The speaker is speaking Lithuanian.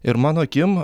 ir mano akim